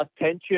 attention